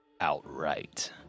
outright